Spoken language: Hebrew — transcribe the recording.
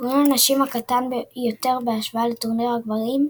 טורניר הנשים קטן יותר בהשוואה לטורניר הגברים,